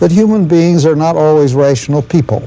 that human beings are not always rational people.